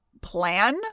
plan